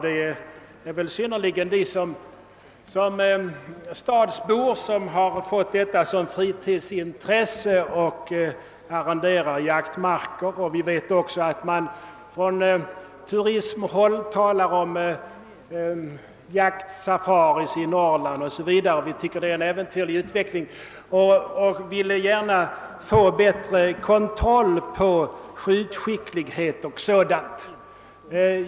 Det är väl i synnerhet stadsbor som fått jakten som fritidsintresse och arrenderar jaktmarker. Vi vet också att man inom turismen talar om jaktsafaris i Norrland o. s. v. Vi tycker att detta är en äventyrlig utveckling och ville gärna få till stånd bättre kontroll på skjutskicklighet och sådant.